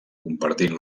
compartint